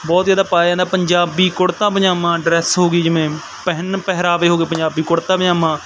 ਬਹੁਤ ਜ਼ਿਆਦਾ ਪਾਇਆ ਜਾਂਦਾ ਪੰਜਾਬੀ ਕੁੜਤਾ ਪਜ਼ਾਮਾ ਡਰੈਸ ਹੋ ਗਈ ਜਿਵੇਂ ਪਹਿਨ ਪਹਿਰਾਵੇ ਹੋ ਗਏ ਪੰਜਾਬੀ ਕੁੜਤਾ ਪਜ਼ਾਮਾ